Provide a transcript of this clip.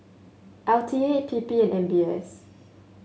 L T A P P and M B S